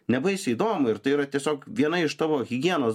nebaisiai įdomu ir tai yra tiesiog viena iš tavo higienos